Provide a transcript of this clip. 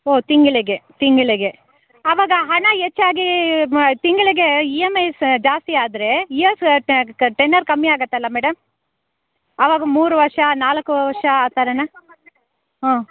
so ತಿಂಗಳಿಗೆ ತಿಂಗಳಿಗೆ ಅವಾಗ ಹಣ ಹೆಚ್ಚಾಗಿ ತಿಂಗಳಿಗೆ ಇ ಎಂ ಐ ಸಹ ಜಾಸ್ತಿ ಆದರೆ ಇ ಎಸ್ ಆರ್ ಟೆನ್ಯೂರ್ ಕಮ್ಮಿ ಆಗುತ್ತಲ್ಲ ಮೇಡಮ್ ಅವಾಗ ಮೂರು ವರ್ಷ ನಾಲ್ಕು ವರ್ಷ ಆ ಥರನ ಹಾಂ